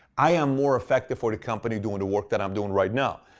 i am more effective for the company doing the work that i'm doing right now,